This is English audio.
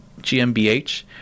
GmbH